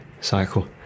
cycle